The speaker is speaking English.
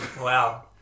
wow